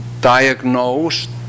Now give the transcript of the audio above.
diagnosed